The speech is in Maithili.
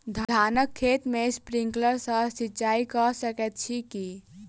धानक खेत मे स्प्रिंकलर सँ सिंचाईं कऽ सकैत छी की?